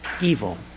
evil